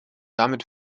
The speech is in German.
damit